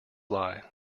lie